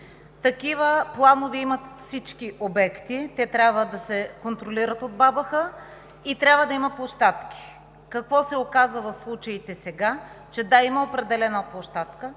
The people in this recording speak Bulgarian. Такива планове имат всички обекти. Те трябва да се контролират от БАБХ и трябва да има площадки. Какво се оказва в случаите сега? Да, има определена площадка,